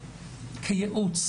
כייעוץ.